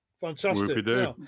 Fantastic